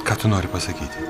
ką tu nori pasakyti